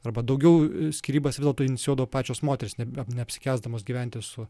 arba daugiau skyrybas vis dėlto inicijuodavo pačios moterys nebe neapsikęsdamos gyventi su